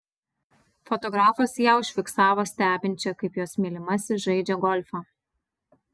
fotografas ją užfiksavo stebinčią kaip jos mylimasis žaidžią golfą